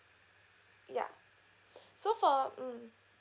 ya so for mm